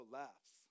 laughs